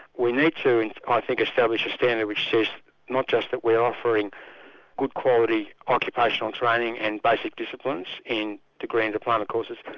we need to and i think establish a standard which says not just that we're offering good quality occupational training and basic disciplines in degree and diploma courses,